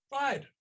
Right